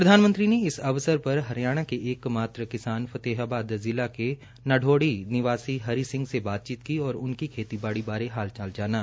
प्रधानमंत्री ने इस अवसर पर हरियाणा के एकमात्र किसान फतेहाबद जिला के नाढ़ोड़ी निवासी हरि सिंह से बातचीत की और उनकी खेतीबाड़ी बारे हाल चाल जाना